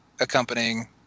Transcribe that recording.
accompanying